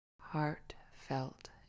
heartfelt